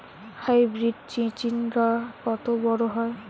Hybrid চিচিংঙ্গা কত বড় হয়?